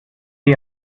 zeh